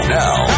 now